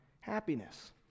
happiness